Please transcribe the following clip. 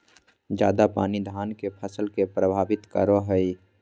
ज्यादा पानी धान के फसल के परभावित करो है?